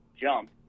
jump